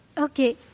okay.